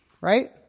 right